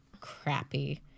crappy